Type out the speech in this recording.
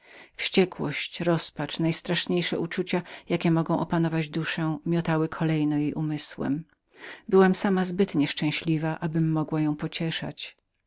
wściekłość rozpacz najstraszniejsze uczucia jakie mogą opanować duszę miotały kolejno jej umysłem ja byłam zbyt nieszczęśliwą abym mogła ją